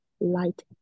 light